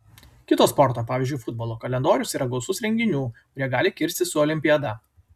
kito sporto pavyzdžiui futbolo kalendorius yra gausus renginių kurie gali kirstis su olimpiada